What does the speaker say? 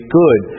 good